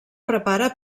prepara